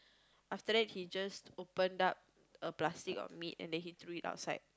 after that he just opened up a plastic of meat and then he threw it outside